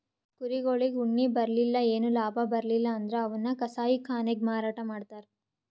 ಕುರಿಗೊಳಿಗ್ ಉಣ್ಣಿ ಬೆಳಿಲಿಲ್ಲ್ ಏನು ಲಾಭ ಬರ್ಲಿಲ್ಲ್ ಅಂದ್ರ ಅವನ್ನ್ ಕಸಾಯಿಖಾನೆಗ್ ಮಾರಾಟ್ ಮಾಡ್ತರ್